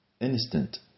instant